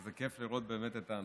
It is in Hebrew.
וזה כיף לראות את האנשים.